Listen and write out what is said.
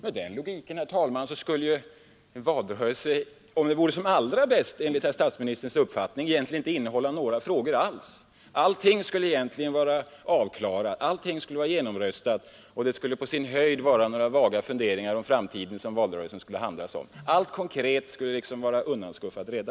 Med den logiken skulle ju en valrörelse när den vore som allra bäst enligt herr statsministerns uppfattning inte innehålla några frågor alls. Allting skulle egentligen vara avklarat och allting skulle vara genomröstat; det skulle på sin höjd vara några vaga funderingar om framtiden som valrörelsen skulle handla om. Allt konkret skulle däremot redan vara undanskuffat.